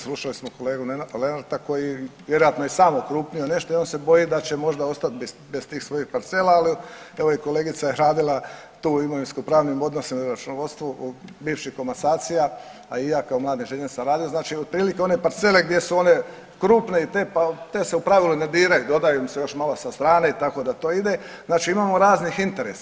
Slušali smo kolegu Lenarta koji vjerojatno je i sam okrupnio nešto i on se boji da će možda ostati bez tih svojih parcela, ali evo i kolegica je radila tu u imovinskopravnim odnosima u računovodstvu bivših komasacija, a i ja kao mladi inženjer sam radio, znači otprilike one parcele gdje su one krupne i te se u pravilu i ne diraju, doda im se još malo sa strane tako da to ide, znači imamo raznih interesa.